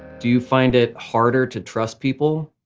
do you find it harder to trust people?